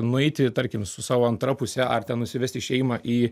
nueiti tarkim su savo antra puse ar ten nusivesti šeimą į